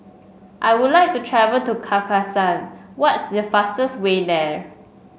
I would like to travel to Kazakhstan what is the fastest way there